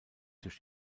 durch